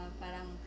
parang